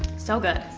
so good.